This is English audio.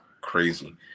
crazy